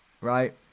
right